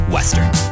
Western